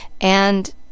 and